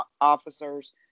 officers